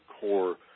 core